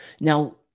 Now